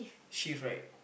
shift right